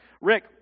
Rick